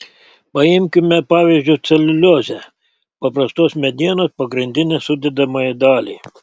paimkime pavyzdžiu celiuliozę paprastos medienos pagrindinę sudedamąją dalį